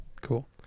Cool